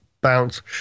bounce